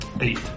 Eight